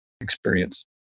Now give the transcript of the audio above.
experience